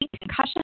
concussion